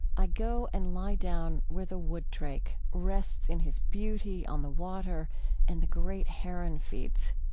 i go and lie down where the wood drake rests in his beauty on the water and the great heron feeds.